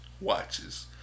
Watches